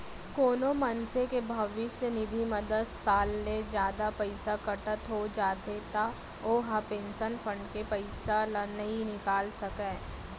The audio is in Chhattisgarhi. कोनो मनसे के भविस्य निधि म दस साल ले जादा पइसा कटत हो जाथे त ओ ह पेंसन फंड के पइसा ल नइ निकाल सकय